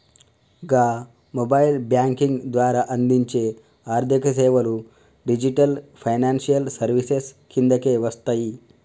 గా mobile banking ద్వారా అందించే ఆర్థికసేవలు డిజిటల్ ఫైనాన్షియల్ సర్వీసెస్ కిందకే వస్తయి